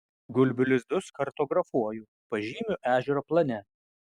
gulbių lizdus kartografuoju pažymiu ežero plane